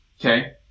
Okay